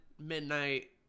midnight